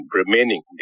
remaining